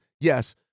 Yes